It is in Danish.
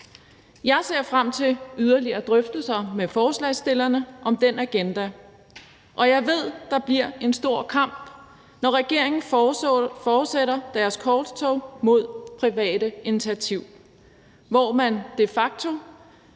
Jeg ser frem til yderligere drøftelser med forslagsstillerne om den agenda, og jeg ved, at der bliver en stor kamp, når regeringen fortsætter sit korstog mod det private initiativ, hvor man de facto